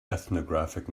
ethnographic